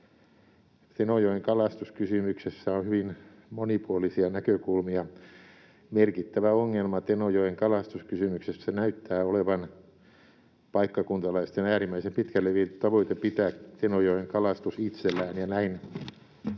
Tenojoen kalastuskysymyksessä on hyvin monipuolisia näkökulmia. Merkittävä ongelma Tenojoen kalastuskysymyksessä näyttää olevan paikkakuntalaisten äärimmäisen pitkälle viety tavoite pitää Tenojoen kalastus itsellään